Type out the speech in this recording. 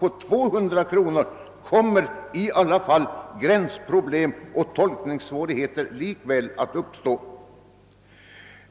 på 200 kronor, lär emellertid gränsproblem och tolkningssvårigheter likväl uppstå.